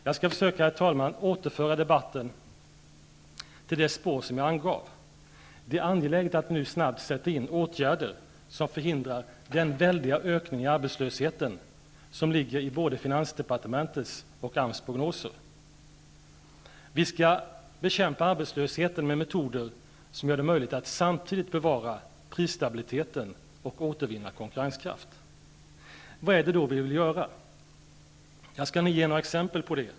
Jag skall försöka, herr talman, att återföra debatten till det spår som jag angav. Det är angeläget att nu snabbt sätta in åtgärder som förhindrar den väldiga ökning av arbetslösheten som anges i både finansdepartementets och AMS prognoser. Vi skall bekämpa arbetslösheten med metoder som gör det möjligt att samtidigt bevara prisstabiliteten och återvinna konkurrenskraft. Vad är det då vi vill göra? Jag skall ge några exempel på det.